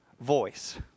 voice